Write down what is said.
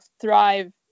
thrive